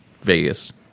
Vegas